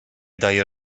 daje